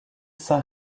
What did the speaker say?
saint